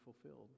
fulfilled